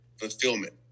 fulfillment